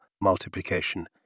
multiplication